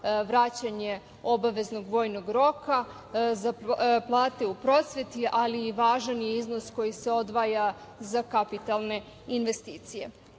vraćanje obaveznog vojnog roka, za plate u prosveti, ali važan je i iznos koji se odvaja za kapitalne investicije. Nažalost,